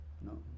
no